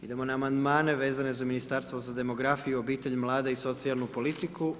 Idemo na amandmane vezane za Ministarstvo za demografiju, obitelj, mlada i socijalnu politiku.